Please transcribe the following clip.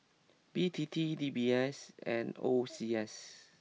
B T T D B S and O C S